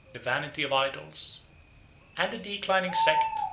the vanity of idols and the declining sect,